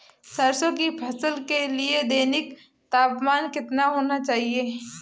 सरसों की फसल के लिए दैनिक तापमान कितना होना चाहिए?